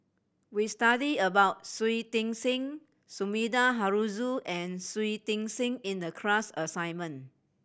we studied about Shui Tit Sing Sumida Haruzo and Shui Tit Sing in the class assignment